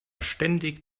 ständig